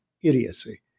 idiocy